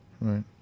Right